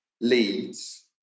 leads